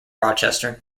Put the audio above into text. rochester